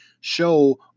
show